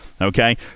Okay